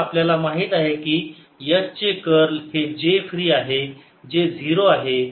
तर आपल्याला माहित आहे की H चे कर्ल हे J फ्री आहे जे 0 आहे